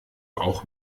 auch